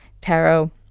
tarot